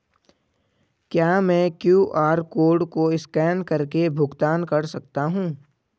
क्या मैं QR code को स्कैन करके भुगतान कर सकता हूं?